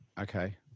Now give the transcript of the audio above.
Okay